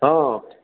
हँ